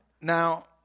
Now